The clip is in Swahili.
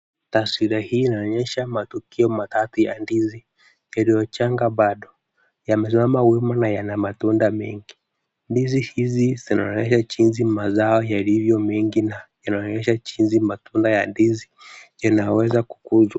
Taswira hii inonyesha matukio matatu ya ndizi iliyochanga bado. Yamesimama wima na yana matunda mengi. Ndizi hizi zinarehe jinsi mazao yalivyo mengi na yanaonyesha jinsi matunda ya ndizi zinaweza kukuzwa.